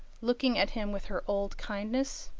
looking at him with her old kindness.